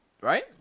right